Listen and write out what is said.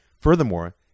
Furthermore